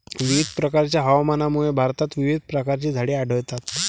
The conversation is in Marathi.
विविध प्रकारच्या हवामानामुळे भारतात विविध प्रकारची झाडे आढळतात